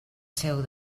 seu